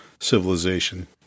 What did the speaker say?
civilization